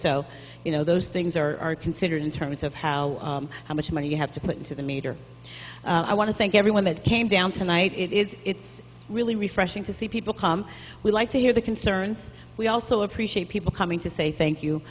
so you know those things are considered in terms of how much money you have to put into the meter i want to thank everyone that came down tonight it is it's really refreshing to see people come we'd like to hear the concerns we also appreciate people coming to say thank you